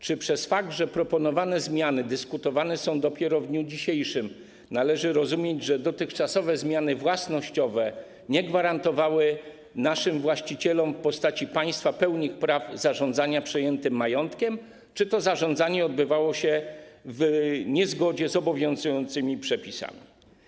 Czy przez fakt, że proponowane zmiany dyskutowane są dopiero w dniu dzisiejszym, należy rozumieć, że dotychczasowe zmiany własnościowe nie gwarantowały naszym właścicielom w postaci państwa pełni praw zarządzania przejętym majątkiem, czy też to zarządzanie odbywało się niezgodnie z obowiązującymi przepisami?